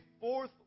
fourth